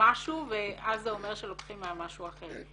משהו ואז זה אומר שלוקחים מהמשהו האחר.